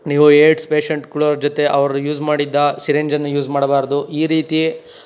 ನೀವು ಏಡ್ಸ್ ಪೇಷಂಟ್ಗಳವ್ರ ಜೊತೆ ಅವ್ರು ಯೂಸ್ ಮಾಡಿದ್ದ ಸಿರಿಂಜನ್ನು ಯೂಸ್ ಮಾಡ್ಬಾರ್ದು ಈ ರೀತಿ